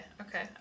okay